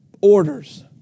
orders